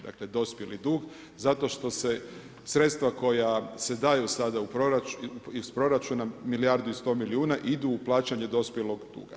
Dakle dospjeli dug zato što se sredstva koja se daju sada iz proračuna milijardu i 100 milijuna idu u plaćanje dospjelog duga.